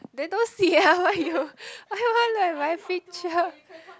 they don't see ah why you why why look at my picture